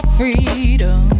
freedom